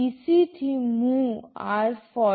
PC થી MOV r14